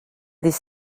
des